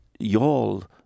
Yall